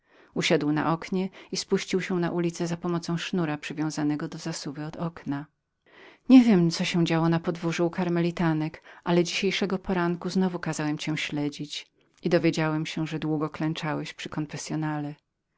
usiadł na oknie i spuścił się na ulicę za pomocą sznura przywiązanego do zasuwy od okna nie wiem co się działo na podwórzu u karmelitek ale dzisiejszego poranku kazałem znowu cię śledzić i dowiedziałem się że długo klęczałeś przy konfessyonale